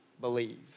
believe